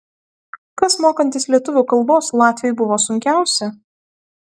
kas mokantis lietuvių kalbos latviui buvo sunkiausia